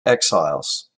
exiles